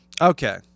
Okay